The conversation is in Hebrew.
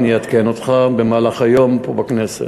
ואני אעדכן אותך במהלך היום פה בכנסת.